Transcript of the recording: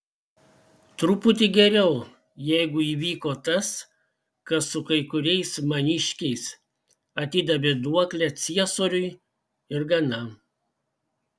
truputį geriau jeigu įvyko tas kas su kai kuriais maniškiais atidavė duoklę ciesoriui ir gana